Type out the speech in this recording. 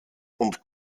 und